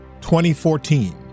2014